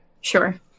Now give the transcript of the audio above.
Sure